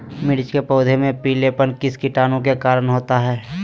मिर्च के पौधे में पिलेपन किस कीटाणु के कारण होता है?